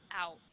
out